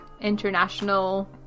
international